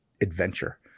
adventure